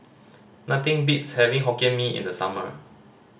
nothing beats having Hokkien Mee in the summer